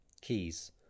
Keys